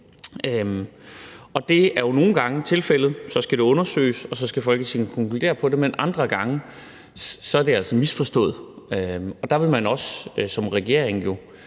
Det er jo nogle gange tilfældet; så skal det undersøges, og så skal Folketinget konkludere på det. Men andre gange er det altså misforstået, og der vil man også som regering jo